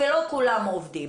ולא כולם עובדים.